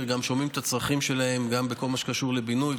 גם שומעים את הצרכים שלהן בכל מה שקשור לבינוי,